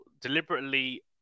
deliberately